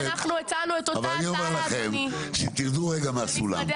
ואנחנו הצענו את אותה הצעה --- משרדי הממשלה.